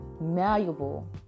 malleable